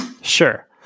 Sure